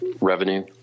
revenue